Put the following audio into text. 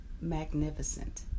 magnificent